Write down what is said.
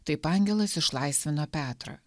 taip angelas išlaisvino petrą